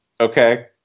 Okay